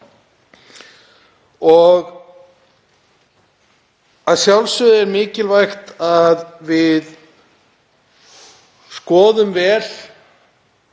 Að sjálfsögðu er mikilvægt að við skoðum vel